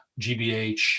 GBH